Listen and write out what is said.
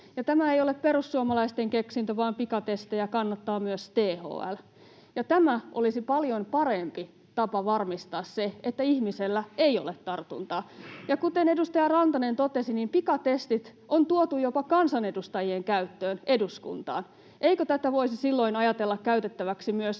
Tämä ei ole perussuomalaisten keksintö, vaan pikatestejä kannattaa myös THL. Tämä olisi paljon parempi tapa varmistaa se, että ihmisellä ei ole tartuntaa. Ja kuten edustaja Rantanen totesi, pikatestit on tuotu jopa kansanedustajien käyttöön eduskuntaan. Eikö tätä voisi silloin ajatella käytettäväksi myös